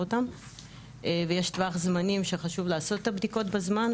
אותם ויש טווח זמנים שחשוב לעשות את הבדיקות בזמן,